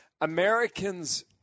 Americans